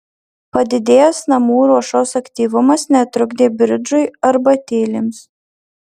padidėjęs namų ruošos aktyvumas netrukdė bridžui arbatėlėms